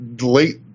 late